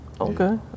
Okay